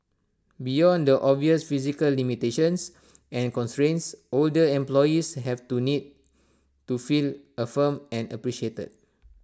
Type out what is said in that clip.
beyond the obvious physical limitations and constraints older employees have two need to feel affirmed and appreciated